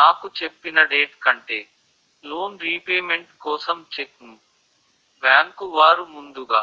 నాకు చెప్పిన డేట్ కంటే లోన్ రీపేమెంట్ కోసం చెక్ ను బ్యాంకు వారు ముందుగా